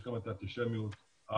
יש גם את האנטישמיות האיסלמיסטית,